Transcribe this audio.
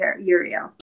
Uriel